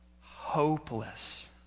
hopeless